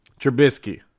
Trubisky